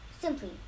simply